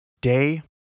Day